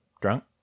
drunk